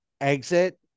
exit